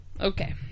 Okay